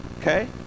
Okay